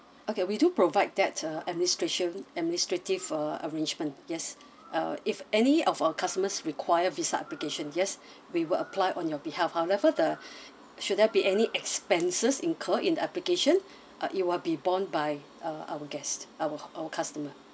okay we do provide that uh administration administrative uh arrangement yes uh if any of our customers require visa application yes we will apply on your behalf however the should there be any expenses incurred in the application uh it will be borne by uh our guest our our customer